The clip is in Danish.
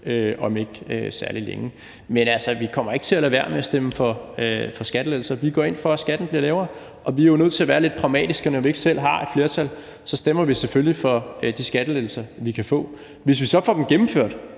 om ikke særlig længe. Men vi kommer ikke til at lade være med at stemme for skattelettelser. Vi går ind for, at skatten bliver lavere. Vi er jo nødt til at være lidt pragmatiske, og når vi ikke selv har et flertal, stemmer vi selvfølgelig for de skattelettelser, vi kan få. Hvis vi så får dem gennemført,